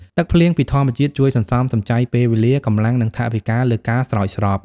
ទឹកភ្លៀងពីធម្មជាតិជួយសន្សំសំចៃពេលវេលា កម្លាំង និងថវិកាលើការស្រោចស្រព។